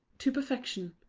to perfection.